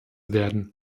werden